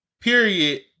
period